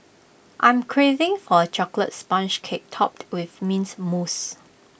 I'm craving for A Chocolate Sponge Cake Topped with Mint Mousse